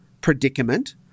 predicament